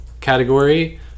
category